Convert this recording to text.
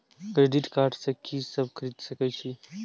Credit card से की सब खरीद सकें छी?